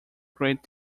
great